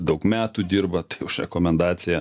daug metų dirbat už rekomendaciją